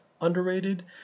underrated